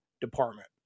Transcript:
department